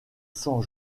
cent